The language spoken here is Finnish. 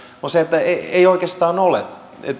on se että niitä ei oikeastaan ole